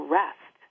rest